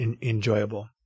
enjoyable